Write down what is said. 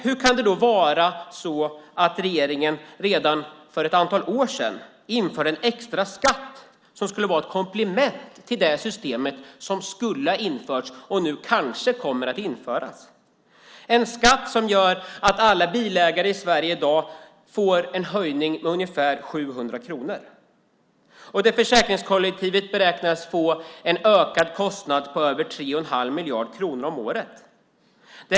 Hur kan det då vara så att regeringen redan för ett antal år sedan införde en extra skatt som skulle vara ett komplement till det system som skulle ha införts och nu kanske kommer att införas? Det är en skatt som gör att alla bilägare i Sverige i dag får en höjning med ungefär 700 kronor. Försäkringskollektivet beräknas få en ökad kostnad på över 3 1⁄2 miljard kronor om året.